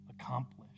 accomplished